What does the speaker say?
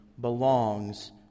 belongs